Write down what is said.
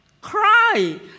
Cry